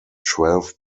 twelve